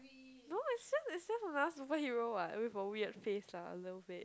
no I set I set for other superhero what wait for weird face lah weird face